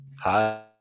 Hi